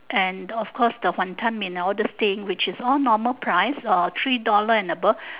and of course the wanton-mee all these thing which is all normal price or three dollar and above